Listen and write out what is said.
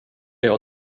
jag